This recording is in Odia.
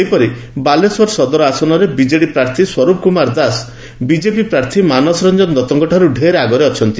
ସେହିପରି ବାଲେଶ୍ୱର ସଦର ଆସନରେ ବିଜେଡ଼ି ପ୍ରାର୍ଥୀ ସ୍ୱରୂପ କୁମାର ଦାସ ବିଜେପି ପ୍ରାର୍ଥୀ ମାନସ କୁମାର ଦଉଙ୍କ ଠାରୁ ଢେର ଆଗରେ ଅଛନ୍ତି